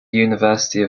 university